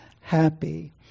happy